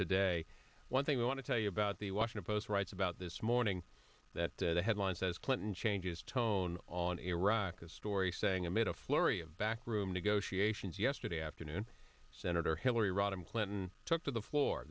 today one thing i want to tell you about the washington post writes about this morning that the headline says clinton changes tone on iraq a story saying amid a flurry of backroom negotiations yesterday afternoon senator hillary rodham clinton took to the floor